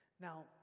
Now